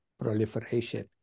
proliferation